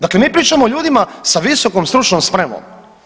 Dakle, mi pričao o ljudima sa visokom stručnom spremom.